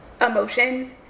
emotion